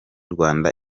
rwanda